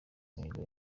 imihigo